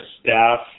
staff